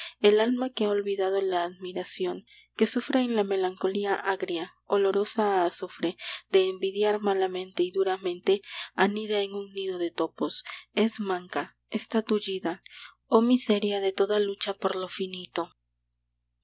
el alma que ha olvidado la admiración que sufre en la melancolía agria olorosa a azufre de envidiar malamente y duramente anida en un nido de topos es manca está tullida oh miseria de toda lucha por lo finito